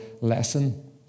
lesson